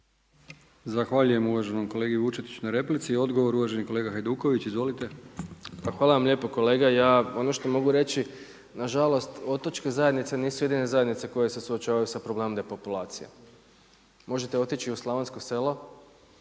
Zahvaljujem uvaženom kolegi Vučetiću na replici. Odgovor uvaženi kolega Hajduković. Izvolite. **Hajduković, Domagoj (SDP)** Hvala vam lijepo. Kolega ja ono što mogu reći nažalost otočke zajednice nisu jedine zajednice koje se suočavaju sa problemom depopulacije. Možete otići u slavonska sela